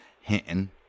Hinton